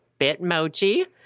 Bitmoji